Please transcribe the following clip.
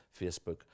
Facebook